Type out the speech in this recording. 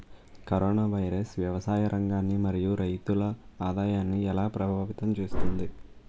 Corona virus వ్యవసాయ రంగాన్ని మరియు రైతుల ఆదాయాన్ని ఎలా ప్రభావితం చేస్తుంది?